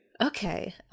Okay